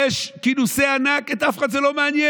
יש כינוסי ענק, את אף אחד זה לא מעניין.